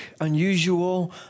unusual